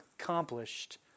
accomplished